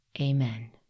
Amen